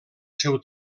seu